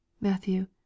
Matthew